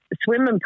swimming